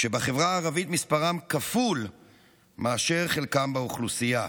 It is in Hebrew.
כאשר בחברה הערבית מספרם כפול מאשר חלקם באוכלוסייה.